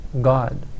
God